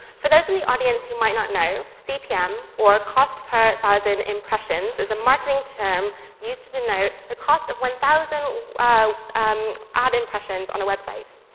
for those in the audience who might not know, cpm, or cost per thousand impressions, is a marketing term used to denote the cost of one thousand ad impressions on a website.